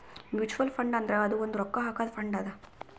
mutual fund ಅಂದುರ್ ಅದು ಒಂದ್ ರೊಕ್ಕಾ ಹಾಕಾದು ಫಂಡ್ ಅದಾ